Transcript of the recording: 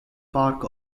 park